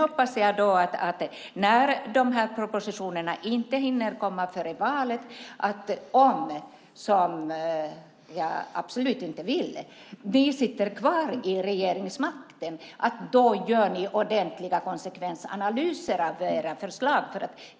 Om propositionerna inte hinner komma före valet hoppas jag att ni, om ni sitter kvar vid regeringsmakten - vilket jag absolut inte vill - gör ordentliga konsekvensanalyser av era förslag.